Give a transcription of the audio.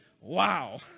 wow